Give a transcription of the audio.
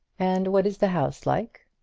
and what is the house like?